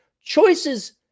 Choices